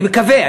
אני מקווה,